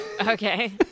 Okay